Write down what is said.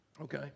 Okay